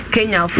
Kenya